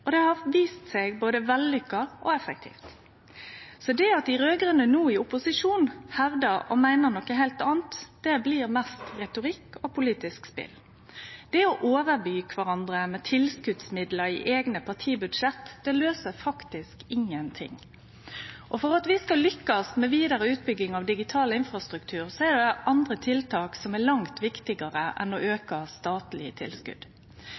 det har vist seg både vellykka og effektivt. Så det at dei raud-grøne i opposisjon no hevdar og meiner noko heilt anna, blir mest retorikk og politisk spel. Det å by over kvarandre med tilskotsmidlar i eigne partibudsjett løyser faktisk ingenting. For at vi skal lukkast med vidare utbygging av digital infrastruktur, er det andre tiltak som er langt viktigare enn å auka statlege tilskot.